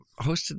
hosted